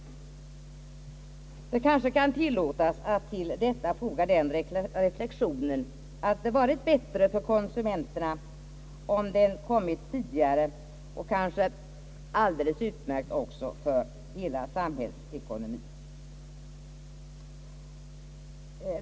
Det kanske kan tillåtas att till detta foga den reflextionen att det hade varit bättre för konsumenterna och kanske alldeles utmärkt för hela samhällsekonomien om den hade kommit tidigare.